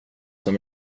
som